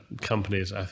companies